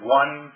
one